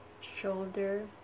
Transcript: shoulder